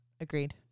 agreed